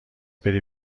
بری